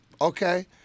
okay